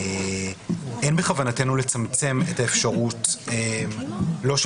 שאין בכוונתנו לצמצם את האפשרות לא של